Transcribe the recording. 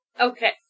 Okay